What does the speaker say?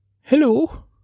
hello